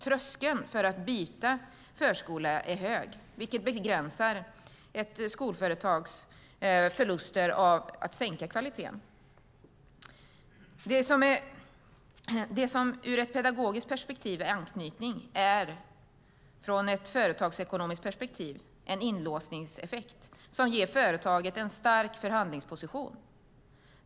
Tröskeln för att byta förskola är hög, vilket begränsar ett skolföretags förluster av att sänka kvaliteten. Det som ur ett pedagogiskt perspektiv är anknytning är från ett företagsekonomiskt perspektiv en inlåsningseffekt som ger företaget en stark förhandlingsposition.